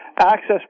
access